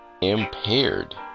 impaired